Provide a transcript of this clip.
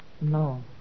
no